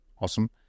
Awesome